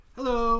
Hello